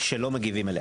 שלא מגיבים אליה.